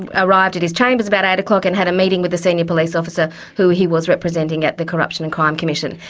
arrived at his chambers about eight o'clock and had a meeting with the senior police officer who he was representing at the corruption and crime commission.